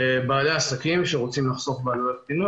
בעלי עסקים שרוצים לחסוך בעלויות פינוי,